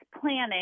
planning